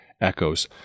echoes